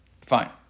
Fine